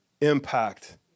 impact